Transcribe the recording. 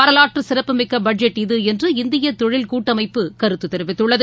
வரலாற்று சிறப்புமிக்க பட்ஜெட் இது என்று இந்திய தொழில் கூட்டமைப்பு கருத்து தெரிவித்துள்ளது